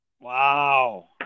Wow